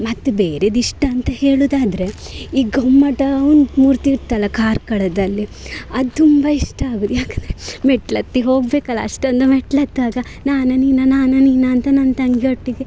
ಮತ್ತು ಬೇರೆದಿಷ್ಟ ಅಂತ ಹೇಳುವುದಾದ್ರೆ ಈ ಗೊಮ್ಮಟ ಉಂಟು ಮೂರ್ತಿ ಇತ್ತಲ್ಲ ಕಾರ್ಕಳದಲ್ಲಿ ಅದು ತುಂಬ ಇಷ್ಟ ಆಗೋದು ಯಾಕಂದರೆ ಮೆಟ್ಲು ಹತ್ತಿ ಹೋಗಬೇಕಲ್ಲ ಅಷ್ಟೊಂದು ಮೆಟ್ಲು ಹತ್ತುವಾಗ ನಾನಾ ನೀನಾ ನಾನಾ ನೀನಾ ಅಂತ ನನ್ನ ತಂಗಿಯೊಟ್ಟಿಗೆ